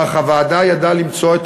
אך הוועדה ידעה למצוא את